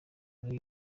nkuru